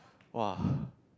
!woah!